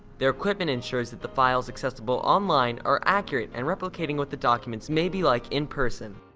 their equipment ensures that the files accessible online are accurate in replicating what the documents may be like in person.